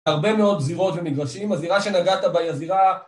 הרבה מאוד זירות ומגרשים, הזירה שנגעת בה היא הזירה